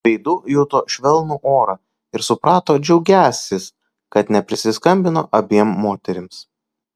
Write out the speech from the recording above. veidu juto švelnų orą ir suprato džiaugiąsis kad neprisiskambino abiem moterims